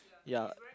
ya